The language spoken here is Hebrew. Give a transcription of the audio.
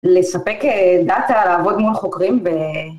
לספק דאטה, לעבוד מול החוקרים ב...